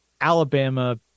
alabama